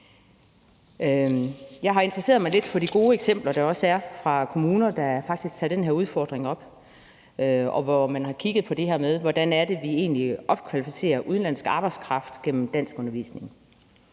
Jeg har interesseret mig lidt for de gode eksempler, der også er, fra kommuner, som faktisk har taget den her udfordring op, og hvor man har kigget på det her med, hvordan vi egentlig opkvalificerer udenlandsk arbejdskraft gennem danskundervisning.